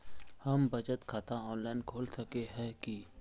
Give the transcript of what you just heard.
हम बचत खाता ऑनलाइन खोल सके है की?